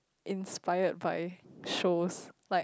inspired by shows like